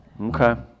Okay